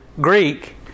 Greek